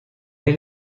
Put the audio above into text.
est